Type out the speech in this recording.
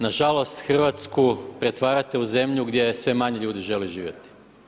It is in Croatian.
Nažalost Hrvatsku pretvarate u zemlju gdje sve manje ljudi želi živjeti.